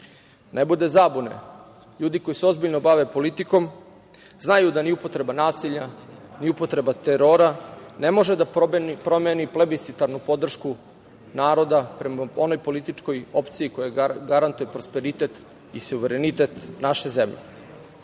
ne bude zabune, ljudi koji se ozbiljno bave politikom znaju da ni upotreba nasilja ni upotreba terora ne može da promeni plebiscitarnu podršku naroda prema onoj političkoj opciji koja garantuje prosperitet i suverenitet naše